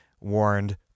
warned